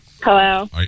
Hello